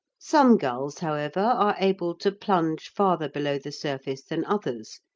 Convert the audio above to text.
some gulls, however, are able to plunge farther below the surface than others,